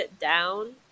down